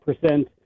percent